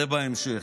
זה בהמשך.